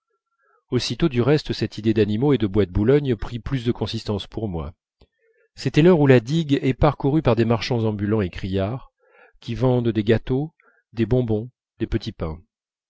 aussitôt du reste cette idée d'animaux et de bois de boulogne prit plus de consistance pour moi c'était l'heure où la digue est parcourue par des marchands ambulants et criards qui vendent des gâteaux des bonbons des petits pains